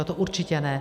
To určitě ne.